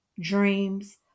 dreams